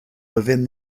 within